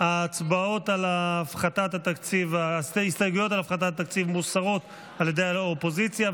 ההסתייגויות על הפחתת התקציב מוסרות על ידי האופוזיציה.